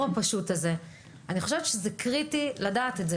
למרות שלציבור יש היום הרבה יותר מודעות בכל שכבות הגילאים.